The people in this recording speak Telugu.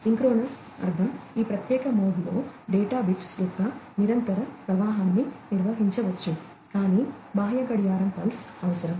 సింక్రోనస్ అర్ధం ఈ ప్రత్యేక మోడ్లో డేటా బిట్స్ యొక్క నిరంతర ప్రవాహాన్ని నిర్వహించవచ్చు కానీ బాహ్య గడియారం పల్స్ అవసరం